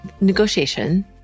negotiation